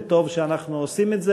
וטוב שאנחנו עושים את זה,